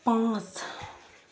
پانٛژھ